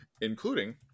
including